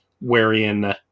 wherein